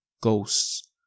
ghosts